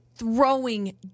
Throwing